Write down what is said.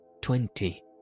Twenty